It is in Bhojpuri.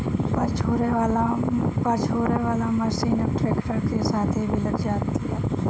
पछोरे वाला मशीन अब ट्रैक्टर के साथे भी लग जाला